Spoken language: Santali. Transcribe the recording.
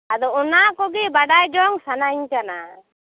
ᱟᱫᱚ ᱚᱱᱟ ᱠᱚᱜᱮ ᱵᱟᱰᱟᱭ ᱡᱚᱝ ᱥᱟᱱᱟᱧ ᱠᱟᱱᱟ